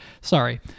Sorry